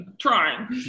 trying